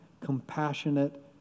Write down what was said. compassionate